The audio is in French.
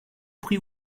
prie